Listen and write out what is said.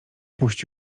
puść